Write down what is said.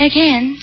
Again